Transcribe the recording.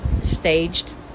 staged